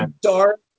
Dark